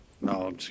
No